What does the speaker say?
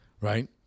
right